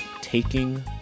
taking